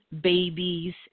babies